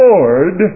Lord